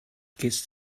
gest